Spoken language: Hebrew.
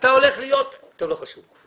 אני שואל אותך שאלה ותעני לי מקצועית.